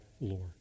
Lord